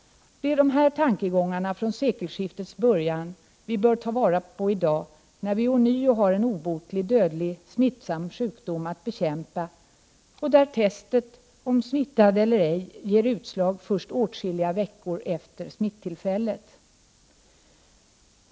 De här tankegångarna från sekelskiftets början bör vi ta vara på i dag, när vi ånyo har en smittsam, obotlig, dödlig sjukdom att bekämpa, där testet om eventuell smitta ger utslag först åtskilliga veckor efter smittillfället.